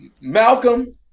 Malcolm